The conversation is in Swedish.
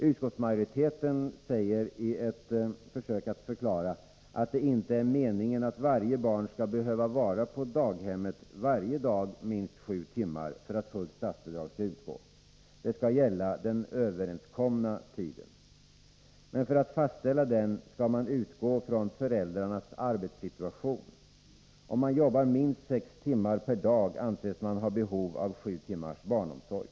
Utskottsmajoriteten säger, i ett försök att förklara, att det inte är meningen att varje barn skall behöva vara på daghemmet varje dag minst sju timmar för att fullt statsbidrag skall utgå. Det skall gälla den överenskomna tiden. Men för att fastställa den skall man utgå från föräldrarnas arbetssituation. Om man jobbar minst sex timmar per dag anses man ha behov av sju timmars barnomsorg.